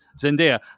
Zendaya